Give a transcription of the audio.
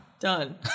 done